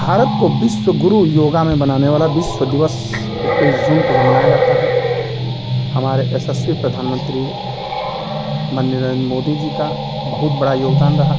भारत को विश्व गुरु योगा में बनाने वाला विश्व दिवस इक्कीस जून को जो मनाया जाता है हमारे यशश्वी प्रधानमंत्री माननीय नरेंद्र मोदी जी का बहुत बड़ा योगदान रहा